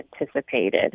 anticipated